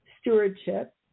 stewardship